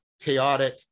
chaotic